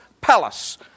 palace